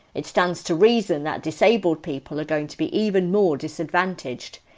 it stands to reason that disabled people are going to be even more disadvantaged.